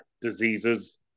diseases